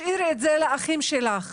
אבל יש עוד עשרה נציגים שלא הגענו אליהם.